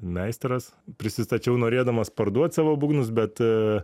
meistras prisistačiau norėdamas parduot savo būgnus bet